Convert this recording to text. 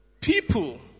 people